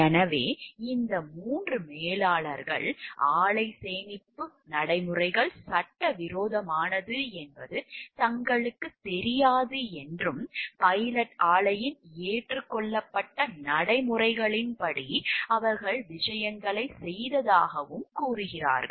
எனவே இந்த 3 மேலாளர்கள் ஆலை சேமிப்பு நடைமுறைகள் சட்டவிரோதமானது என்பது தங்களுக்குத் தெரியாது என்றும் பைலட் ஆலையின் ஏற்றுக்கொள்ளப்பட்ட நடைமுறைகளின்படி அவர்கள் விஷயங்களைச் செய்ததாகவும் கூறுகிறார்கள்